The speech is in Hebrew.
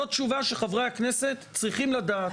זאת תשובה שחברי הכנסת צריכים לדעת,